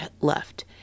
left